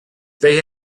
they